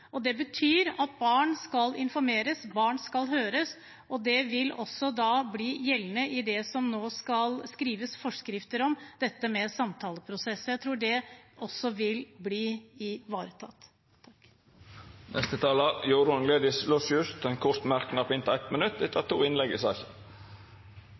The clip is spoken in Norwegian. Det betyr at barn skal informeres, barn skal høres, og det vil også bli gjeldende i det som det nå skal skrives forskrifter om, dette med samtaleprosess. Jeg tror det også vil bli ivaretatt. Representanten Jorunn Gleditsch Lossius har hatt ordet to gonger tidlegare og får ordet til ein kort merknad, avgrensa til 1 minutt.